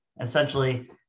essentially